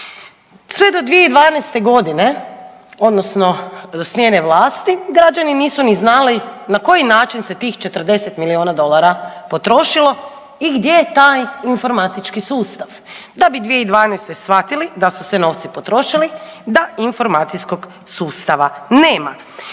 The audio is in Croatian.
Sve do 2012. g. odnosno do smjene vlasti, građani nisu ni znali na koji način se tih 40 milijuna dolara potrošilo i gdje je taj informatički sustav, da bi 2012. shvatili da su se novci potrošili, da informacijskog sustava nema